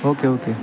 okay okay